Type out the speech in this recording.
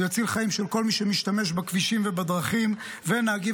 הוא יציל חיים של כל מי שמשתמש בכבישים ובדרכים ושל נהגים